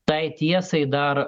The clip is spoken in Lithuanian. tai tiesai dar